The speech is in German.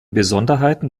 besonderheiten